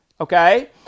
Okay